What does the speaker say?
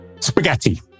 spaghetti